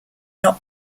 not